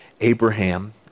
Abraham